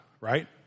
right